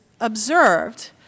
observed